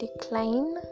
decline